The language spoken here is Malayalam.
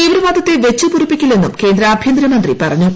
തീവ്രവാദത്തെ വെച്ചു പൊറുപ്പിക്കില്ലെന്നും കേന്ദ്ര ആഭ്യന്തര മന്ത്രി പറഞ്ഞു